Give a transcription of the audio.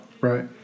Right